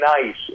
nice